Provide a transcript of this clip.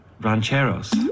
rancheros